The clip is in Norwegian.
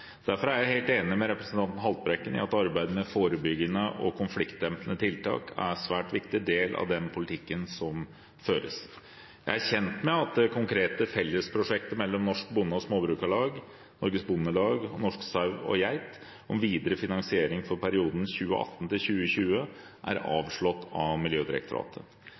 Derfor er jeg helt enig med representanten Haltbrekken i at arbeid med forebyggende og konfliktdempende tiltak er en svært viktig del av den politikken som føres. Jeg er kjent med at det konkrete fellesprosjektet mellom Norsk Bonde- og Småbrukarlag, Norges Bondelag og Norsk Sau og Geit om videre finansiering for perioden 2018–2020 er avslått av Miljødirektoratet.